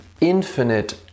infinite